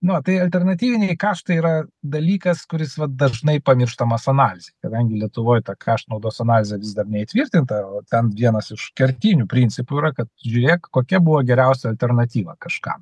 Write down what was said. na tai alternatyviniai kaštai yra dalykas kuris dažnai pamirštamas analizėj kadangi lietuvoj ta kaštų naudos analizė vis dar neįtvirtinta o ten vienas iš kertinių principų yra kad žiūrėk kokia buvo geriausia alternatyva kažkam